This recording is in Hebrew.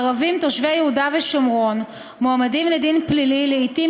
ערבים תושבי יהודה ושומרון מועמדים לדין פלילי לעתים